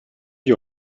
you